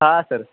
हां सर